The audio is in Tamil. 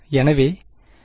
எனவே ∇1·n